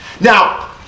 Now